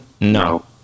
No